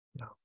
no